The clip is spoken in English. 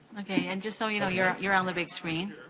okay, and just so you know, you're you're on the big screen.